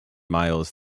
miles